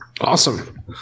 Awesome